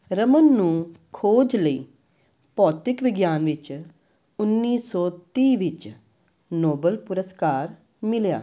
ਰਮਨ ਨੂੰ ਖੋਜ ਲਈ ਭੌਤਿਕ ਵਿਗਿਆਨ ਵਿੱਚ ਉੱਨੀ ਸੌ ਤੀਹ ਵਿੱਚ ਨੋਬਲ ਪੁਰਸਕਾਰ ਮਿਲਿਆ